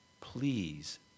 Please